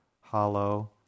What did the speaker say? hollow